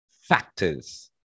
factors